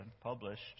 published